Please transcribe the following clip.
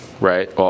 right